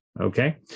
Okay